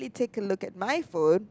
take a look at my phone